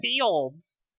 Fields